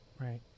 right